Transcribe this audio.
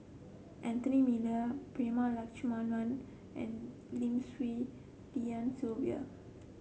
Anthony Miller Prema Letchumanan and Lim Swee Lian Sylvia